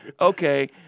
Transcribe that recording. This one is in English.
okay